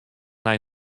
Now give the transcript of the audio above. nei